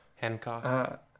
Hancock